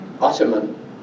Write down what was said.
Ottoman